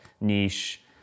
niche